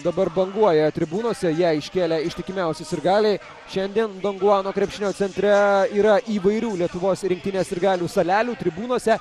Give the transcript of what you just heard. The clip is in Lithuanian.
dabar banguoja tribūnose ją iškėlę ištikimiausi sirgaliai šiandien donguano krepšinio centre yra įvairių lietuvos rinktinės sirgalių salelių tribūnose